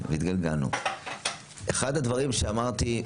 אחד הדברים שאמרתי,